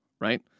right